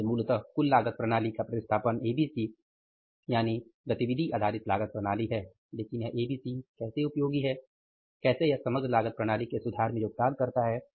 इसलिए मूलतः कुल लागत प्रणाली का प्रतिस्थापन एबीसी है लेकिन यह एबीसी कैसे उपयोगी है कैसे यह समग्र लागत प्रणाली के सुधार में योगदान करता है